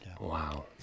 Wow